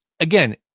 again